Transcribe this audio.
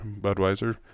Budweiser